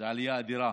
זאת עלייה אדירה